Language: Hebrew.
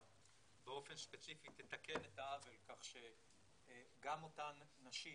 באופן ספציפי תתקן את העוול כך שגם אותן נשים